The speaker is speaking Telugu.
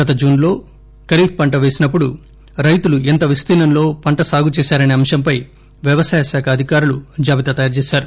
గత జూన్ లో ఖరీఫ్ పంట వేసినప్పుడు రైతులు ఎంత విస్తీర్ణంలో పంటసాగు చేశారసే అంశంపై వ్యవసాయ శాఖ అధికారులు జాబితా తయారు చేశారు